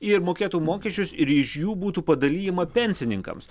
ir mokėtų mokesčius ir iš jų būtų padalijama pensininkams